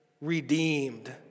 redeemed